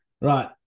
Right